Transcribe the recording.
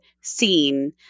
seen